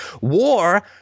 War